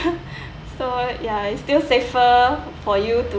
so ya it's still safer for you to